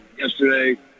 Yesterday